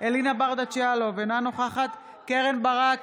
אלינה ברדץ יאלוב, אינה נוכחת קרן ברק,